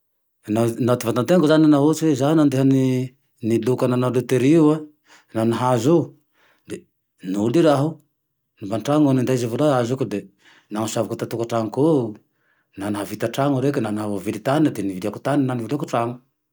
Naho ty vatantenako zao naha ohatsy hoe zaho nadeha niloka nanao lôtery io e, laha nahazo eo le noly raha, avy antrano aho ninday ze vola azoko, de nanasoavako ty tokatranoko eo, naha nahavita trano reke, naha vily tane, niviliako tane na niviliako trano.